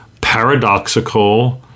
paradoxical